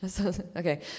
Okay